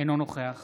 אינו נוכח